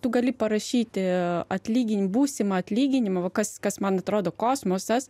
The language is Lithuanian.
tu gali parašyti atlygint būsimą atlyginimą vs kas kas man atrodo kosmosas